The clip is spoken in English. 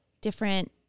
different